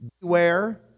beware